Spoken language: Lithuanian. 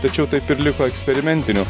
tačiau taip ir liko eksperimentiniu